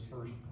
first